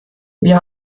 wir